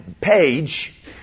page